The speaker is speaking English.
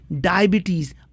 diabetes